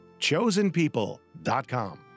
chosenpeople.com